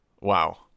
Wow